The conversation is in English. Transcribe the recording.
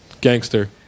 Gangster